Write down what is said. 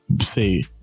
say